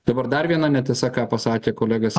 dabar dar viena netiesa ką pasakė kolegas